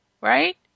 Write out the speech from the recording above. right